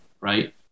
right